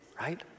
right